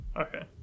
okay